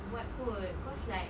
buat kot cause like